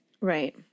Right